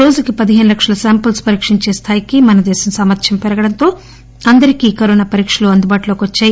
రోజుకి పదిహేసు లక్షల శాంపిల్ప్ పరీకించే స్థాయి కి మనదేశం సామర్యం పెరగడంతో అందరికీ కరోనా పరీక్షలు అందుబాటులోకి వచ్చాయి